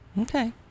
okay